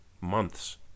months